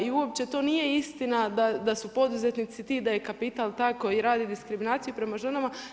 I uopće to nije istina da su poduzetnici ti, da je kapital taj koji radi diskriminaciju prema ženama.